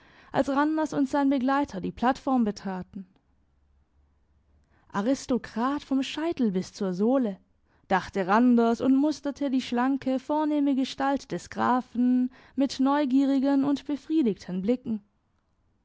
als randers und sein begleiter die plattform betraten aristokrat vom scheitel bis zur sohle dachte randers und musterte die schlanke vornehme gestalt des grafen mit neugierigen und befriedigten blicken